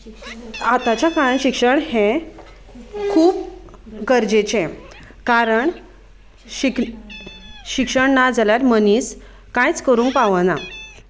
आतांच्या काळांत शिक्षण हें खूब गरजेचें कारण शिक्षण नाजाल्यार मनीस कांयच करूंक पावना